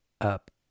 up